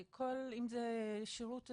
בנוסף, אם זה שירות עצמי,